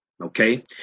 Okay